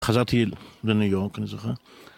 חזרתי לניו יורק אני זוכר